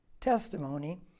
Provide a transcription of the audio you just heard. testimony